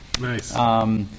Nice